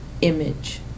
image